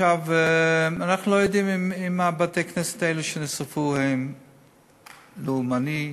אנחנו לא יודעים אם בתי-הכנסת האלה נשרפו ממניע לאומני,